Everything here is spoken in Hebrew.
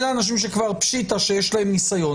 אלו אנשים שכבר פשיטא שיש להם ניסיון.